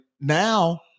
now